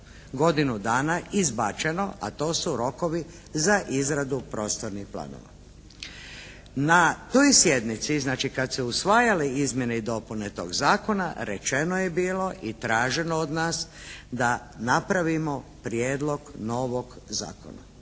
godinu dana izbačeno, a to su rokovi za izradu prostornih planova. Na toj sjednici, znači kad su se usvajale izmjene i dopune tog Zakona rečeno je bilo i traženo od nas da napravimo prijedlog novog zakona.